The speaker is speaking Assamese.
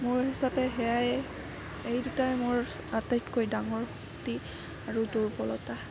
মোৰ হিচাপে সেইয়াই এই দুটাই মোৰ আটাইতকৈ ডাঙৰ শক্তি আৰু দুৰ্বলতা